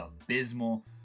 abysmal